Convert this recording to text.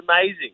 amazing